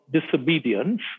disobedience